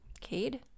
Cade